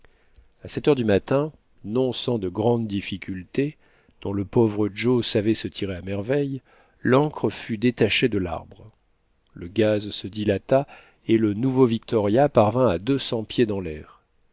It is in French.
a sept heures du matin non sans de grandes difficultés dont le pauvre joe savait se tirer à merveille l'ancre fut détachée de l'arbre le gaz se dilata et le nouveau victoria parvint à deux cents pieds dans l'air